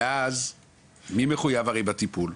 ואז מי מחויב בטיפול?